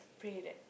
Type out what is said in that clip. pray that